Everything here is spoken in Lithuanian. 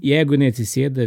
jeigu jinai atsisėda